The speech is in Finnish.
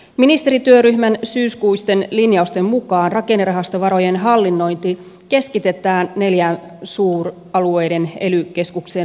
ministerityöryhmän syyskuisten linjausten mukaan rakennerahastovarojen hallinnointi keskitetään neljään suuralueiden ely keskukseen